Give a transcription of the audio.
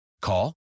Call